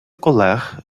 колег